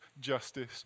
justice